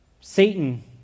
satan